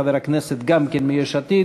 גם כן מיש עתיד,